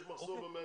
יש מחסור במהנדסים,